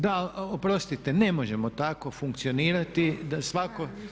da oprostite, ne možemo tako funkcionirati da svatko.